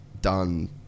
done